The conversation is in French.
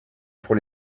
pour